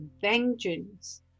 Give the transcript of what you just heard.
vengeance